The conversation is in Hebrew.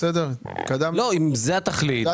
אם זו התכלית,